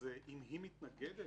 זה אם היא מתנגדת.